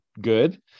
good